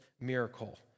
miracle